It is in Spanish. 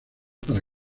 para